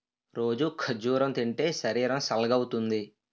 రోజూ ఖర్జూరం తింటే శరీరం సల్గవుతుంది